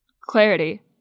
clarity